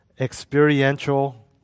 experiential